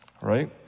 Right